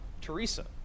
Teresa